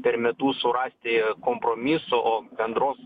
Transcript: per metus surasti kompromiso o bendros